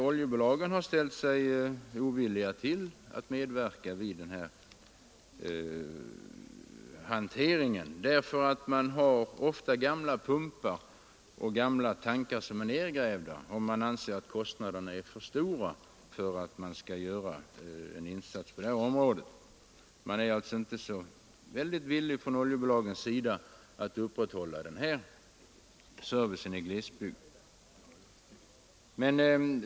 Oljebolagen har emellertid ställt sig ovilliga till att medverka i denna hantering därför att pumparna och tankarna är gamla och kostnaderna anses bli för stora. Oljebolagen är alltså inte villiga att upprätthålla denna service i glesbygder.